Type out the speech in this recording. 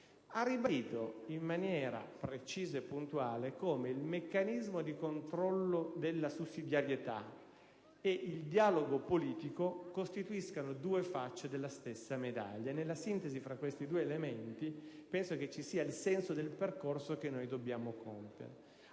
ha ribadito in maniera precisa e puntuale come il meccanismo di controllo della sussidiarietà e il dialogo politico costituiscano due facce della stessa medaglia. E ritengo che il senso del percorso che noi dobbiamo compiere